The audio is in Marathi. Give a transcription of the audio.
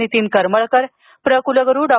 नितीन करमळकर प्र कुलगुरू डॉ